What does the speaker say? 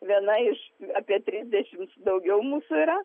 viena iš apie trisdešimts daugiau mūsų yra